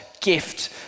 gift